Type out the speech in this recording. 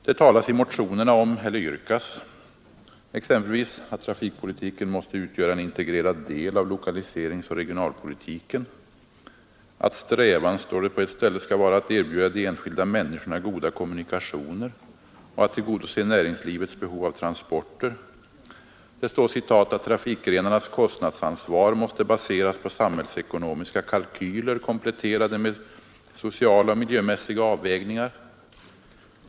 Det yrkas i motionerna exempelvis på att trafikpolitiken skall utgöra en integrerad del av lokaliseringsoch regionalpolitiken. På ett annat ställe står det: Strävan skall vara att erbjuda de enskilda människorna så goda kommunikationer och att tillgodose näringslivets behov av transporter. Det heter vidare att trafikgrenarnas kostnadsansvar måste baseras på samhällsekonomiska kalkyler kompletterade med sociala och miljömässiga avvägningar.